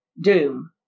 doom